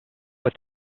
what